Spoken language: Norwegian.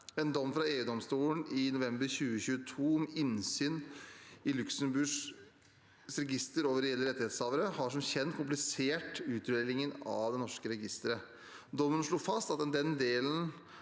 En dom fra EU-domstolen i november 2022 om innsyn i Luxembourgs register over reelle rettighetshavere har som kjent komplisert utrullingen av det norske registeret. Dommen slo fast at den delen